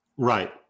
Right